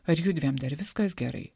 ar judviem dar viskas gerai